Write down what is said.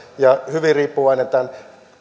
ja hyvin riippuvainen tämä